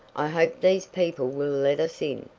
i hope these people will let us in.